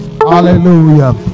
Hallelujah